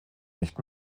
nicht